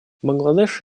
бангладеш